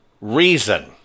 reason